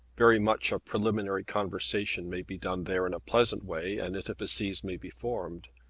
very much of preliminary conversation may be done there in a pleasant way, and intimacies may be formed.